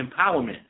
empowerment